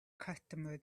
customers